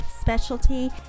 specialty